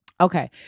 okay